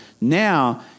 Now